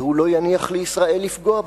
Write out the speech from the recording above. והוא לא יניח לישראל לפגוע בהם.